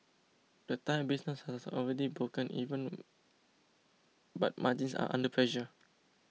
the Thai business has already broken even but margins are under pressure